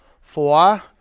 Four